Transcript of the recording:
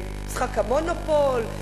משחק ה"מונופול",